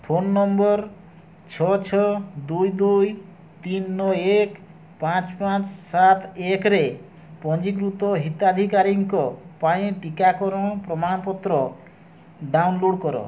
phone number ଛଅ ଛଅ ଦୁଇ ଦୁଇ ତିନି ନଅ ଏକ ପାଞ୍ଚ ପାଞ୍ଚ ସାତ ଏକରେ ପଞ୍ଜୀକୃତ ହିତାଧିକାରୀଙ୍କ ପାଇଁ ଟିକାକରଣ ପ୍ରମାଣପତ୍ର ଡାଉନଲୋଡ଼୍ କର